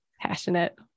Passionate